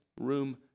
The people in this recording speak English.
room